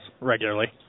regularly